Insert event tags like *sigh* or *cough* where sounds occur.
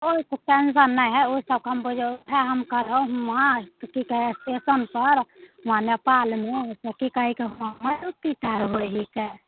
*unintelligible* tension नहि है ओ सब *unintelligible* स्टेशन पर वहाॅं नेपालमे की कहैके वहाॅं माइरो पीट आरो होइ हके